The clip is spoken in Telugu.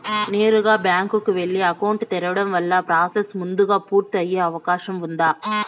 నేరుగా బ్యాంకు కు వెళ్లి అకౌంట్ తెరవడం వల్ల ప్రాసెస్ ముందుగా పూర్తి అయ్యే అవకాశం ఉందా?